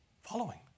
following